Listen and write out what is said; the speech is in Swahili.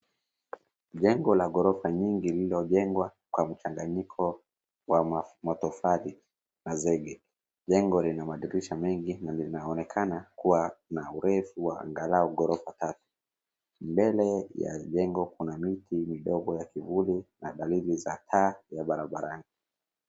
Jengo la ghorofa nyingi lililojengwa kwa mchanganyiko wa matofali na zege ,jengo lina madirisha mengi na linaonekana kuwa na urefu wa aghalau ghorofa tatu, mbele ya jengo kuna miti mindogo ya kivuli na dalili ya taa ya barabarani.